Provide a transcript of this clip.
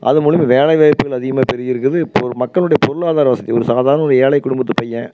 அது மூலயமா வேலை வாய்ப்புகள் அதிகமாக பெருகி இருக்குது இப்போ ஒரு மக்களுடைய பொருளாதார வசதி ஒரு சாதாரண ஏழை குடும்பத்து பையன்